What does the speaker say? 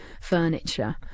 furniture